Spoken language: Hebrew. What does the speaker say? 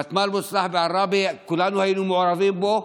ותמ"ל מוצלח בעראבה, כולנו היינו מעורבים בו,